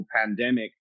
pandemic